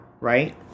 right